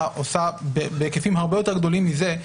עושה בהיקפים הרבה יותר גדולים מזה,